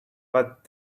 but